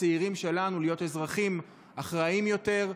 הצעירים שלנו להיות אזרחים אחראים יותר,